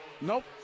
Nope